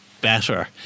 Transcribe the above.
better